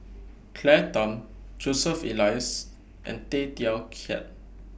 Claire Tham Joseph Elias and Tay Teow Kiat